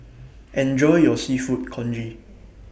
Enjoy your Seafood Congee